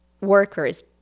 workers